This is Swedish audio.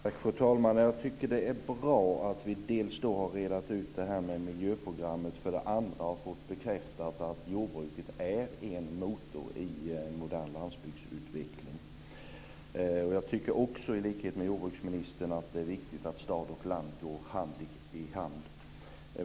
Fru talman! Jag tycker det är bra att vi dels då har rett ut det här med miljöprogrammet, dels har fått bekräftat att jordbruket är en motor i modern landsbygdsutveckling. Jag tycker också, i likhet med jordbruksministern, att det är viktigt att stad och land går hand i hand.